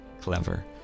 clever